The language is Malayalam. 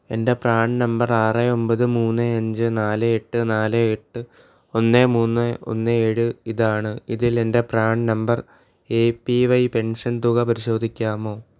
എന്റെ പ്രാൻ നമ്പർ ആറ് ഒമ്പത് മൂന്ന് അഞ്ച് നാല് എട്ട് നാല് എട്ട് ഒന്ന് മൂന്ന് ഒന്ന് ഏഴ് ഇതാണ് ഇതിലെന്റെ PRAN number A P Y pension തുക പരിശോധിക്കാമോ